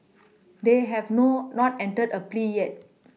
they have nor not entered a plea yet